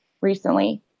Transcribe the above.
recently